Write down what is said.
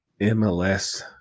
MLS